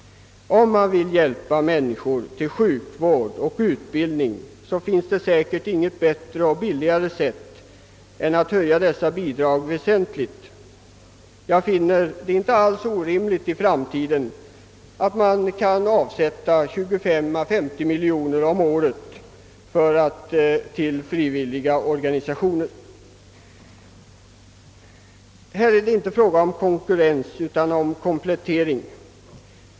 Om man vill hjälpa människor till sjukvård och utbildning, finns det säkert inget bättre och billigare sätt än att höja dessa bidrag väsentligt. Jag finner det inte alls orimligt att man i framtiden avsätter 25 å 50 miljoner kronor om året till frivilliga organisationer. Här är det inte fråga om konkurrens utan om komplettering.